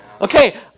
Okay